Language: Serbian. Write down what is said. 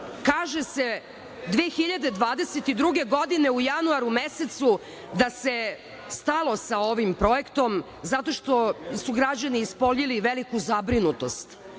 Kaže se 2022. godine u januaru mesecu da se stalo sa ovim projektom zato što su građani ispoljili veliku zabrinutost,